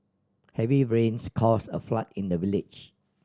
heavy rains caused a flood in the village